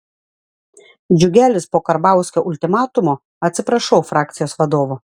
džiugelis po karbauskio ultimatumo atsiprašau frakcijos vadovo